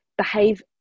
behave